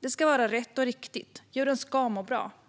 Det ska vara rätt och riktigt. Djuren ska må bra.